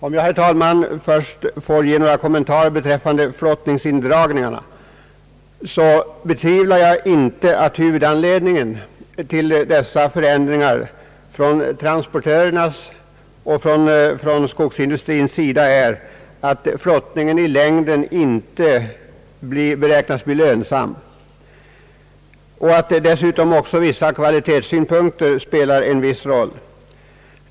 Om jag, herr talman, först får ge några kommentarer beträffande flottningsindragningen vill jag säga att jag inte betvivlar att huvudanledningen till dessa förändringar från transportörernas och från skogsindustrins sida är att flottningen i längden inte beräknas bli lönsam och att dessutom vissa kvalitetssynpunkter spelar en viss roll.